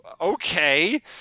okay